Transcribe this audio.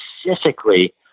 specifically